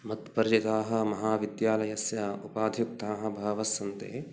मत्पर्यकाः महाविद्यालयस्य उपाध्युक्ताः बहवस्सन्ति